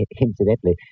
Incidentally